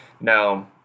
Now